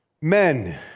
men